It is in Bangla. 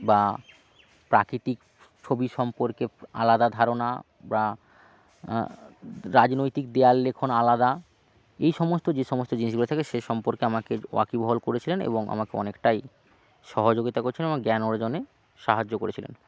বা প্রাকৃতিক ছবি সম্পর্কে আলাদা ধারণা বা রাজনৈতিক দেয়াল লিখন আলাদা এই সমস্ত যে সমস্ত জিনিসগুলা থাকে সে সম্পর্কে আমাকে ওয়াকিবহল করেছিলেন এবং আমাকে অনেকটাই সহযোগিতা করছিলেন এবং জ্ঞান অর্জনে সাহায্যও করেছিলেন